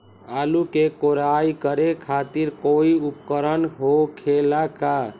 आलू के कोराई करे खातिर कोई उपकरण हो खेला का?